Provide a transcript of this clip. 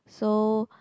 so